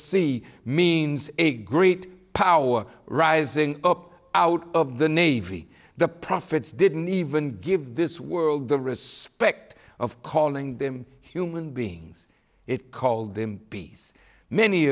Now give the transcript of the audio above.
sea means a great power rising up out of the navy the prophets didn't even give this world the respect of calling them human beings it called them peace many